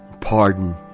pardon